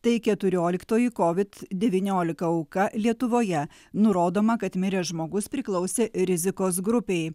tai keturioliktoji covid devyniolika auka lietuvoje nurodoma kad miręs žmogus priklausė rizikos grupei